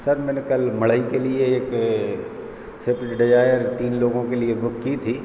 sir मैंने कल मढ़ई के लिए एक सिफ्ट डिजायर तीन लोगों के लिए बुक की थी